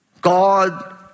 God